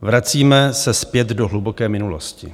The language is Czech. Vracíme se zpět do hluboké minulosti.